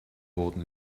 wurden